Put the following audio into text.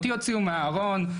אותי הוציאו מהארון,